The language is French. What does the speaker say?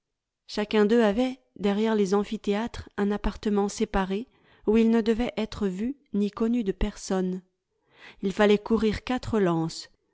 chacun d'eux avait derrière les amphithéâtres un appartement séparé où il ne devait être vu ni connu de personne il fallait courir quatre lances